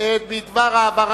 בשם הוועדה,